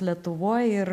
lietuvoj ir